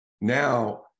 Now